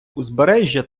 узбережжя